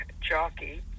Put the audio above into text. jockey